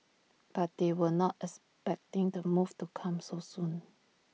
but they were not expecting the move to come so soon